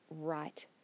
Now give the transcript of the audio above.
right